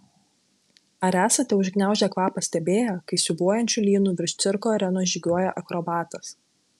ar esate užgniaužę kvapą stebėję kai siūbuojančiu lynu virš cirko arenos žygiuoja akrobatas